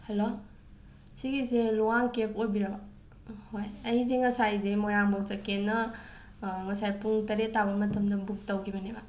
hello ꯁꯤꯒꯤꯁꯦ ꯂꯨꯋꯥꯡ ꯀꯦꯞ ꯑꯣꯏꯕꯤꯔꯕ꯭ꯔꯥ ꯍꯣꯏ ꯑꯩꯁꯦ ꯉꯁꯥꯏꯁꯦ ꯃꯣꯏꯔꯥꯡꯐꯧ ꯆꯀꯦꯅ ꯉꯁꯥꯏ ꯄꯨꯡ ꯇꯔꯦꯠ ꯇꯥꯕ ꯃꯇꯝꯗ ꯕꯨꯛ ꯇꯧꯈꯤꯕꯅꯦꯕ